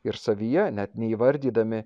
ir savyje net neįvardydami